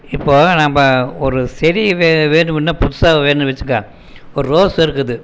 இப்போது நம்ம ஒரு செடி வே வேணுமென்னா புதுசாக வேணும் வச்சுக்க ஒரு ரோஸ் இருக்குது